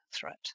threat